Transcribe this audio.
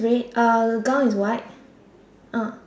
red uh gown is white uh